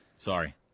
Sorry